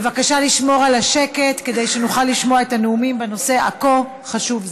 בבקשה לשמור על השקט כדי שנוכל לשמוע את הנאומים בנושא הכה-חשוב הזה.